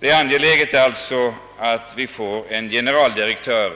Det är alltså angeläget att det nya verket får en generaldirektör.